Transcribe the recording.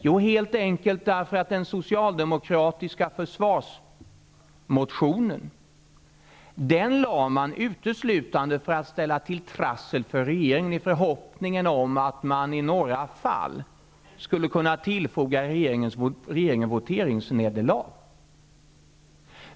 Jo, helt enkelt därför att man väckte den socialdemokratiska försvarsmotionen uteslutande för att ställa till trassel för regeringen, i förhoppning om att man i några fall skulle kunna tillfoga regeringen voteringsnederlag.